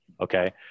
Okay